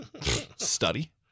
study